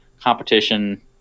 competition